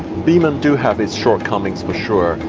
biman do have its shortcomings for sure.